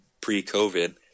pre-COVID